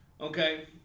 Okay